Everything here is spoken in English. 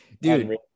dude